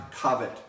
covet